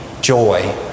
joy